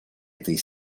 этой